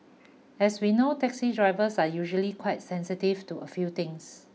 as we know taxi drivers are usually quite sensitive to a few things